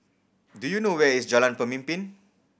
do you know where is Jalan Pemimpin